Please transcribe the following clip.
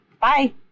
bye